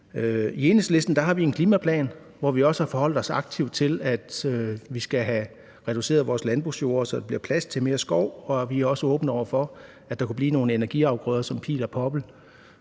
I Enhedslisten har vi en klimaplan, hvor vi også har forholdt os aktivt til, at vi skal have reduceret vores landbrugsjorde, så der bliver plads til mere skov, og vi er også åbne over for, at der kunne blive nogle energiafgrøder som pil og poppel,